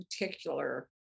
particular